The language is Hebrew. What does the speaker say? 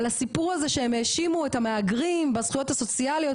על הסיפור הזה שהם האשימו את המהגרים בזכויות הסוציאליות,